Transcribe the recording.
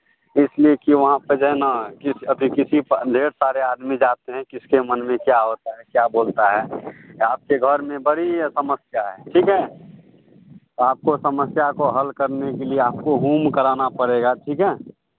इसलिए कि वहाँ पे जो है न किस अथि किसी ढेर सारे आदमी जाते हैं किसके मन में क्या होता है क्या बोलता है आपके घर में बड़ी ये समस्या है ठीक है तो आपको समस्या को हल करने के लिए आपको होम कराना पड़ेगा ठीक है